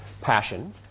passion